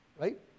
right